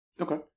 Okay